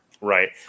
Right